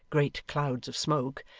great clouds of smoke,